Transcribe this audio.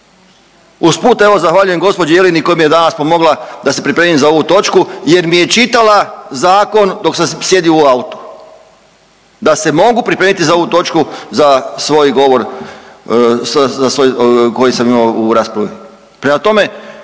Usput evo zahvaljujem gospođi Jeleni koja mi je danas pomogla da se pripremim za ovu točku jer mi je čitala zakon dok sam sjedio u autu, da se mogu pripremiti za ovu točku za svoj govor koji sam imao u raspravi.